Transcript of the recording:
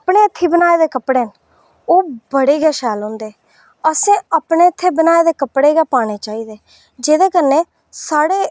अपने हत्थें बनाऽ दे कपड़े ओह् बड़े गै शैल होंदे न असें अपने हत्थें बनाऽ दे कपड़े गै पाने चाहिदे जेह्दे कन्नै साढ़े